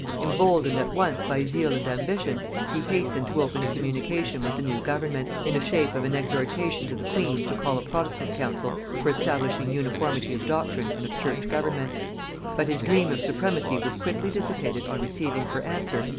emboldened at once by zeal and ambition, he hastened to open a communication with the new government, in the shape of an exhortation to the queen to call a protestant council for establishing uniformity of doctrine and of church government but his dream of supremacy was quickly dissipated on receiving for answer,